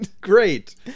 Great